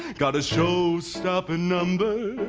got a show-stopping number